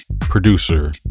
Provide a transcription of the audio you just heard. producer